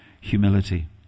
humility